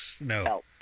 No